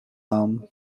âme